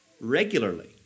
regularly